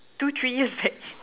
two three years back